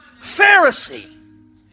Pharisee